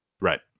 Right